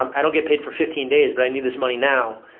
um i don't get paid for fifteen days, but i need this money now.